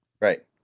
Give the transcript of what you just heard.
Right